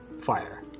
fire